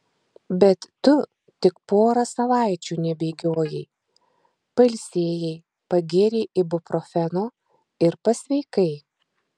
bet tu tik porą savaičių nebėgiojai pailsėjai pagėrei ibuprofeno ir pasveikai